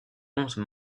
onze